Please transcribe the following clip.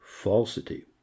falsity